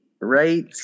Right